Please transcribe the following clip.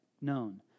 known